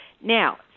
Now